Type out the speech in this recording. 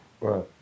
Right